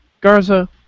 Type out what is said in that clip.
Garza